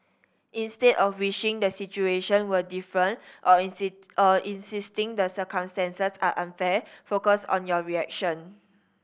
instead of wishing the situation were different or or insisting the circumstances are unfair focus on your reaction